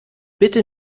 bitte